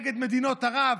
נגד מדינות ערב,